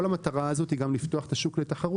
כל המטרה כאן היא גם לפתוח את השוק לתחרות.